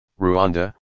Rwanda